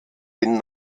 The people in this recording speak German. den